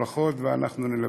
ברכות, ואנחנו נלווה.